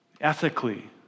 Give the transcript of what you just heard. Ethically